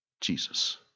Jesus